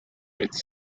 its